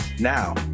Now